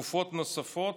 לתקופות נוספות,